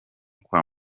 kwa